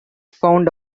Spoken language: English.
found